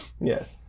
yes